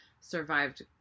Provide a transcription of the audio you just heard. survived